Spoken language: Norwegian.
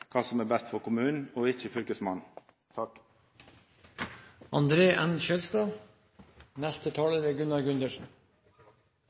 kva som er best for kommunen, og ikkje Fylkesmannen.